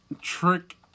Trick